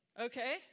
Okay